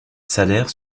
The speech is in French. salaires